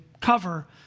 cover